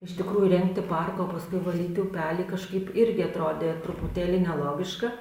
iš tikrųjų įrengti parką o paskui valyti upelį kažkaip irgi atrodė truputėlį nelogiška